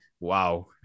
wow